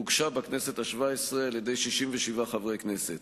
הוגשה בכנסת השבע-עשרה על-ידי 67 מחברי הכנסת.